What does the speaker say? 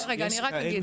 אני רק אגיד,